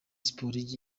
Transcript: sports